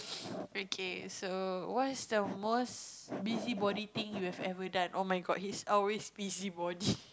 okay so what is the most busy body thing you have ever done oh-my-god he's always busy body